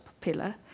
pillar